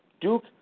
Duke